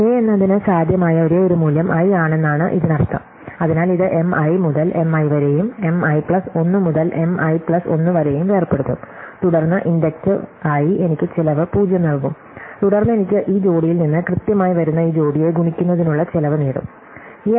k എന്നതിന് സാധ്യമായ ഒരേയൊരു മൂല്യം i ആണെന്നാണ് ഇതിനർത്ഥം അതിനാൽ ഇത് M i മുതൽ M i വരെയും M i പ്ലസ് 1 മുതൽ M i പ്ലസ് 1 വരെയും വേർപെടുത്തും തുടർന്ന് ഇൻഡക്റ്റീവ് ആയി എനിക്ക് ചെലവ് 0 നൽകും തുടർന്ന് എനിക്ക് ഈ ജോഡിയിൽ നിന്ന് കൃത്യമായി വരുന്ന ഈ ജോഡിയെ ഗുണിക്കുന്നതിനുള്ള ചെലവ് നേടുo